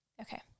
Okay